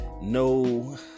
No